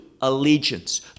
allegiance